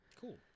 Cool